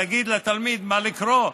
תגיד לתלמיד מה לקרוא.